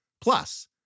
Plus